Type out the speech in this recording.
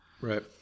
Right